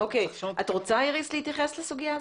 אוקיי, את רוצה איריס להתייחס לסוגיה הזאת?